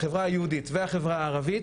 החברה היהודית והחברה הערבית,